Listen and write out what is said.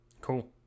cool